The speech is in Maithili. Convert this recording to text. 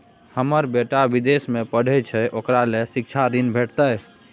हमर बेटा विदेश में पढै छै ओकरा ले शिक्षा ऋण भेटतै?